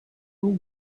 will